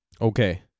Okay